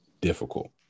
difficult